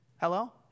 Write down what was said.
Hello